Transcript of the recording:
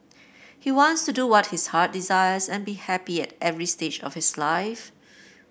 he wants to do what his heart desires and be happy at every stage of his life